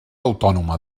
autònoma